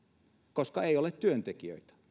koska ei ole työntekijöitä